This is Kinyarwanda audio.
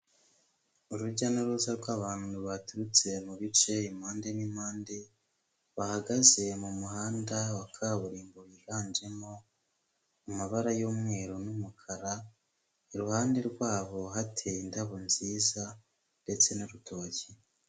Urujya n'uruza rw'abantu baturutse mu bice impande n'impande, bahagaze mu muhanda wa kaburimbo, wiganjemo amabara y'umweru n'umukara, iruhande rwabo hateye indabo nziza ndetse n'urutoki.